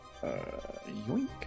Yoink